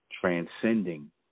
Transcending